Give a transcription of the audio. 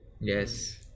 Yes